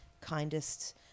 kindest